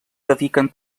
dediquen